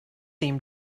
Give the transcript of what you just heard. seem